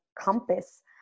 compass